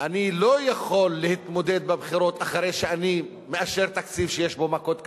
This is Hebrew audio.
אני לא יכול להתמודד בבחירות אחרי שאני מאשר תקציב שיש בו מכות כלכליות,